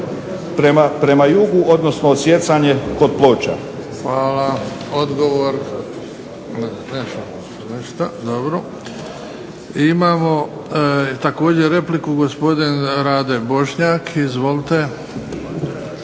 prema jugu, odnosno odsjecanje kod Ploča. **Bebić, Luka (HDZ)** Hvala. Odgovor. Ništa, dobro. Imamo također repliku gospodin Rade Bošnjak. Izvolite.